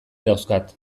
dauzkat